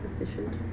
efficient